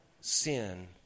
sin